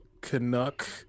Canuck